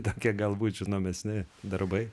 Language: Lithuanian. tokie galbūt žinomesni darbai